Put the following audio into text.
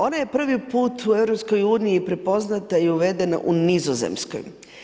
Ona je prvi put u EU prepoznata i uvedena u Nizozemskoj.